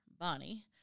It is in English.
Bonnie